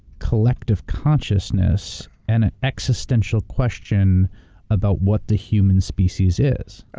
collective consciousness and an existential question about what the human species is. oh,